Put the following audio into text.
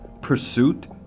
pursuit